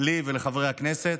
לי ולחברי הכנסת,